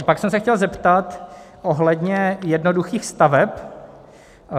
Pak jsem se chtěl zeptat ohledně jednoduchých staveb.